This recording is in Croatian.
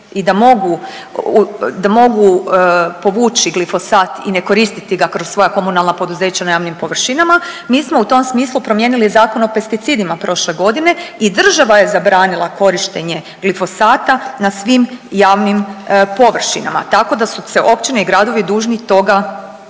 da mogu povući glifosat i ne koristiti ga kroz svoja komunalna poduzeća na javnim površinama mi smo u tom smislu promijenili Zakon o pesticidima prošle godine i država je zabranila korištenje glifosata na svim javnim površinama. Tako da su se općine i gradovi dužni toga